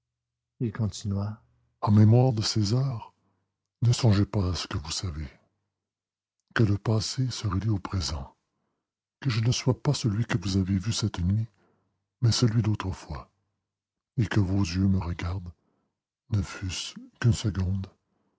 il continua en mémoire de ces heures ne songez pas à ce que vous savez que le passé se relie au présent que je ne sois pas celui que vous avez vu cette nuit mais celui d'autrefois et que vos yeux me regardent ne fût-ce qu'une seconde